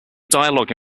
dialogue